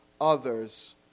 others